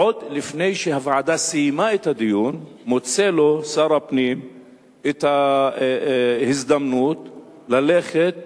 עוד לפני שהוועדה סיימה את הדיון מוצא לו שר הפנים את ההזדמנות ללכת